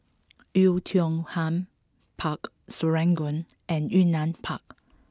Oei Tiong Ham Park Serangoon and Yunnan Park